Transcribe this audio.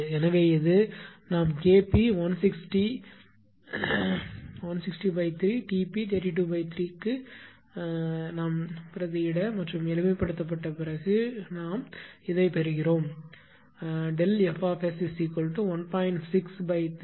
எனவே இது நாம் K p 160 க்கு 3 T p 32 க்கு 3 க்கு பதிலாக மற்றும் எளிமைப்படுத்தப்பட்ட பிறகு நாம் பெறுவோம் FS1